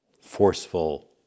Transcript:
forceful